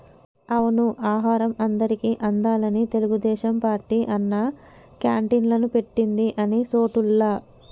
అవును ఆహారం అందరికి అందాలని తెలుగుదేశం పార్టీ అన్నా క్యాంటీన్లు పెట్టింది అన్ని సోటుల్లా